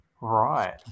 Right